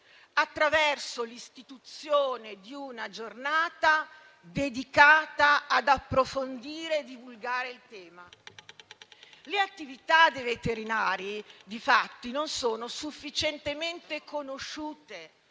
attraverso l'istituzione di una giornata dedicata ad approfondire e divulgare il tema. Le attività dei veterinari, difatti, non sono sufficientemente conosciute